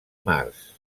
març